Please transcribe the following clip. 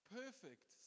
perfect